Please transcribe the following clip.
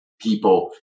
people